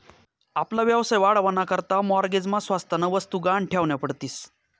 आपला व्यवसाय वाढावा ना करता माॅरगेज मा स्वतःन्या वस्तु गहाण ठेवन्या पडतीस